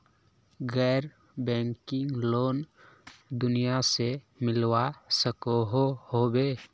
गैर banking loan कुनियाँ से मिलवा सकोहो होबे?